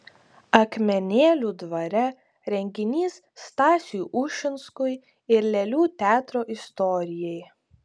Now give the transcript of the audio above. akmenėlių dvare renginys stasiui ušinskui ir lėlių teatro istorijai